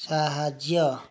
ସାହାଯ୍ୟ